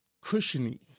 cushiony